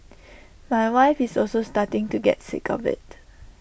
my wife is also starting to get sick of IT